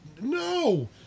No